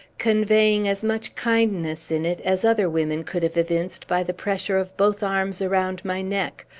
conveying as much kindness in it as other women could have evinced by the pressure of both arms around my neck,